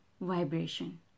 vibration